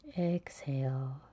Exhale